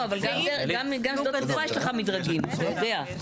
לא, אבל גם שדות התעופה יש לך מדרגים, אתה יודע.